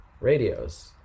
radios